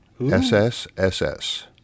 SSSS